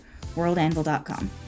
WorldAnvil.com